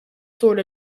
sort